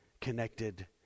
connected